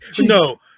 No